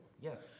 Yes